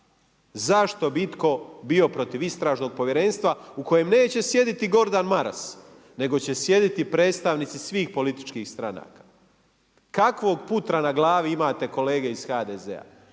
Zašto bi itko bio protiv istražnog povjerenstva u kojem neće sjediti Gordan Maras, nego će sjediti predstavnici svih političkih stranaka. Kakvog putra na glavi imate kolege iz HDZ-a?